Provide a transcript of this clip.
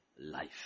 life